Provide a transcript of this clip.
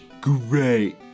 Great